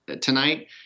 tonight